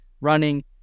running